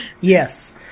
Yes